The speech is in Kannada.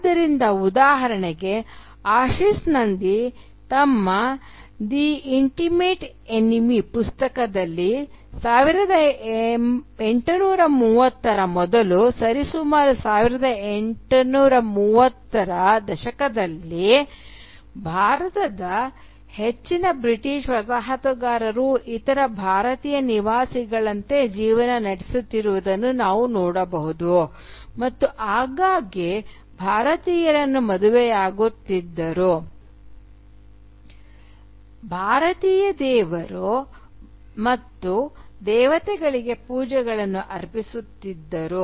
ಆದ್ದರಿಂದ ಉದಾಹರಣೆಗೆ ಆಶಿಸ್ ನಂದಿ ತಮ್ಮ "ದಿ ಇಂಟಿಮೇಟ್ ಎನಿಮಿ" ಪುಸ್ತಕದಲ್ಲಿ 1830 ರ ಮೊದಲು ಸರಿಸುಮಾರು 1830 ರ ದಶಕದಲ್ಲಿ ಭಾರತದ ಹೆಚ್ಚಿನ ಬ್ರಿಟಿಷ್ ವಸಾಹತುಗಾರರು ಇತರ ಭಾರತೀಯ ನಿವಾಸಿಗಳಂತೆ ಜೀವನ ನಡೆಸುತ್ತಿರುವುದನ್ನು ನಾವು ನೋಡಬಹುದು ಮತ್ತು ಆಗಾಗ್ಗೆ ಭಾರತೀಯರನ್ನು ಮದುವೆಯಾಗುತಿದ್ದರು ಮತ್ತು ಭಾರತೀಯ ದೇವರು ಮತ್ತು ದೇವತೆಗಳಿಗೆ ಪೂಜೆಗಳನ್ನು ಅರ್ಪಿಸುತಿದ್ದರು